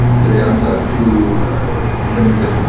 their young son, who becomes like,